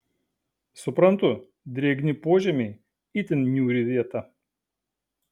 suprantu drėgni požemiai itin niūri vieta